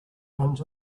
runs